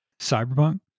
Cyberpunk